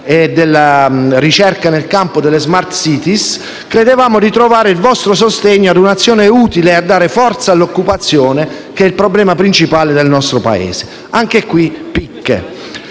e della ricerca nel campo delle *smart cities* credevamo di trovare il vostro sostegno ad una azione utile a dare forza alla occupazione, problema principale del nostro Paese. Anche qui: picche!